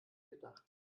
gedacht